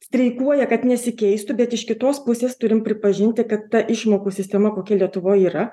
streikuoja kad nesikeistų bet iš kitos pusės turim pripažinti kad ta išmokų sistema kokia lietuvoj yra